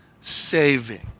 saving